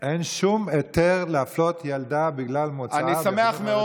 אין שום היתר להפלות ילדה בגלל מוצאה בחינוך חרדי.